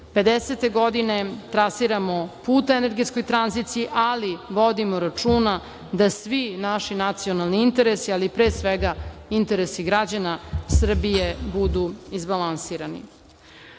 2050. godine, trasiramo put energetskoj tranziciji, ali vodimo računa da svi naši nacionalni interesi, ali pre svega interesi građana Srbije budu izbalansirani. Moram